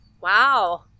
Wow